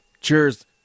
Cheers